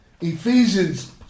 Ephesians